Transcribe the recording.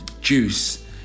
juice